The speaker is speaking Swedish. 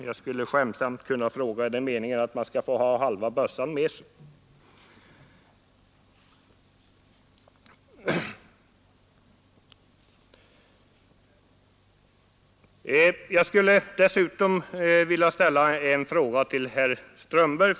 Jag skulle skämtsamt kunna fråga: Är det meningen att man skall få ha halva bössan med sig? Dessutom vill jag ställa en fråga till herr Strömberg.